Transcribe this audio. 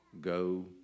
go